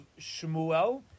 Shmuel